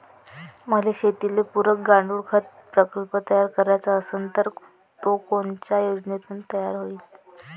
मले शेतीले पुरक गांडूळखत प्रकल्प तयार करायचा असन तर तो कोनच्या योजनेतून तयार होईन?